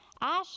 Ash